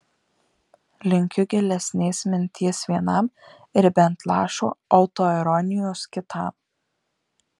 linkiu gilesnės minties vienam ir bent lašo autoironijos kitam